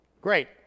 Great